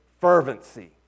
fervency